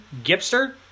Gipster